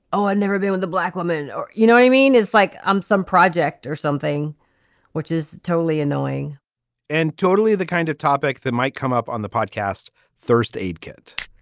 oh i've ah never been with a black woman or you know what i mean is like i'm some project or something which is totally annoying and totally the kind of topic that might come up on the podcast first aid kit